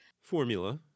formula